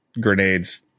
grenades